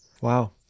Wow